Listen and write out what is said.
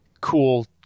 cool